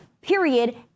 Period